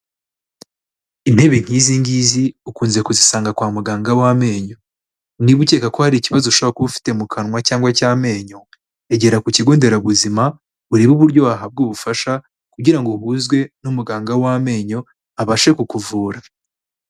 Intebe nk'izi ngizi ukunze kuzisanga kwa muganga w'amenyo, niba ukeka ko hari ikibazo ushobora kuba ufite mu kanwa cyangwa cy'amenyo, egera ku kigo nderabuzima, urebe uburyo wahabwa ubufasha kugira ngo uhuzwe n'umuganga w'amenyo abashe kukuvura.